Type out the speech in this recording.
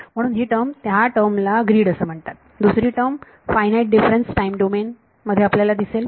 म्हणून ही टर्म ह्या टर्म ला ग्रीड असे म्हणतात दुसरी term finite difference time domain मध्ये आपल्याला दिसेल